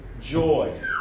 joy